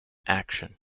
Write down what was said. action